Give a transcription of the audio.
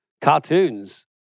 Cartoons